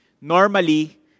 Normally